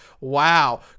wow